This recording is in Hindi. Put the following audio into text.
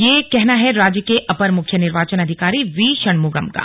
यह कहना है राज्य के अपर मुख्य निर्वाचन अधिकारी वी षणमुगम का